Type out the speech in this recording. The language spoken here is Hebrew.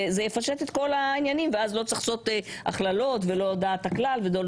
זה יפשט את כל העניינים ואז לא צריך לעשות הכללות ולא דעת הכלל.